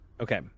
okay